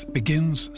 begins